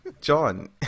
John